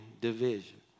division